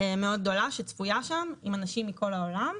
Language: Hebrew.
מאוד גדולה שצפויה שם עם אנשים מכל העולם,